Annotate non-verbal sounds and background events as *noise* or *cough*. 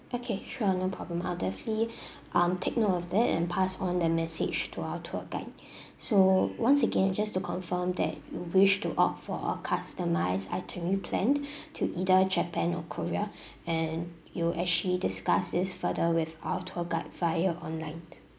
okay sure no problem I'll definitely *breath* um take note of that and pass on the message to our tour guide so once again just to confirm that you wish to opt for our customised itinerary plan to either japan or korea and you actually discuss this further with our tour guide via online